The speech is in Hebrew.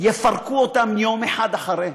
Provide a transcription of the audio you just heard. יפרקו אותם יום אחד אחרי.